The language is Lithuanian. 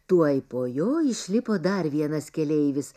tuoj po jo išlipo dar vienas keleivis